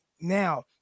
now